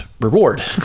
reward